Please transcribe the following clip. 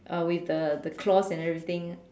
uh with the the claws and everything